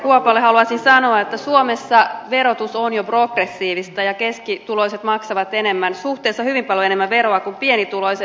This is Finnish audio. kuopalle haluaisin sanoa että suomessa verotus on jo progressiivista ja keskituloiset maksavat suhteessa hyvin paljon enemmän veroa kuin pienituloiset